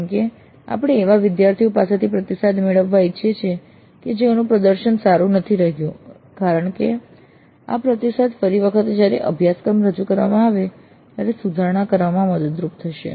જેમ કે આપણે એવા વિદ્યાર્થીઓ પાસેથી પ્રતિસાદ મેળવવા ઇચ્છીએ છીએ કે જેઓનું પ્રદર્શન સારું નથી રહ્યું કારણ કે આ પ્રતિસાદ ફરી વખત જયારે અભ્યાસક્રમ રજૂ કરવામાં આવે ત્યારે સુધારા કરવામાં મદદરૂપ થશે